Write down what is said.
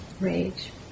rage